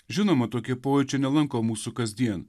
žinoma tokie pojūčiai nelanko mūsų kasdien